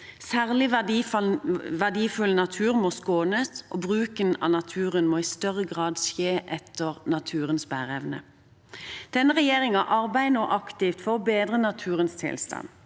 Særlig verdifull natur må skånes, og bruken av naturen må i større grad skje etter naturens bæreevne. Denne regjeringen arbeider nå aktivt for å bedre naturens tilstand.